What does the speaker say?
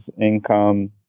income